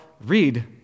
read